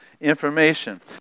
information